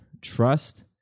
trust